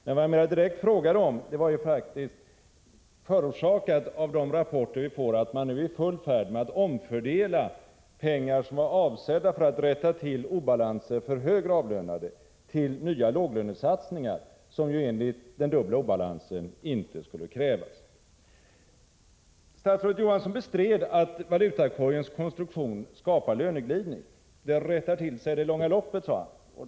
Men vad jag mera direkt frågade om var förorsakat av de rapporter vi får om att man nu är i full färd med att omfördela pengar, som var avsedda för att rätta till obalansen för högre avlönade, till nya låglönesatsningar, som ju med tanke på den dubbla obalansen inte skulle krävas. Statsrådet Johansson bestred att valutakorgens konstruktion skapar löneglidning. Det rättar till sig i det långa loppet, sade han.